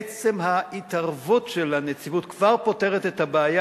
עצם ההתערבות של הנציבות כבר פותרת את הבעיה,